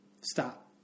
Stop